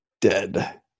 Dead